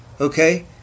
Okay